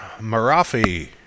Marafi